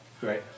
Great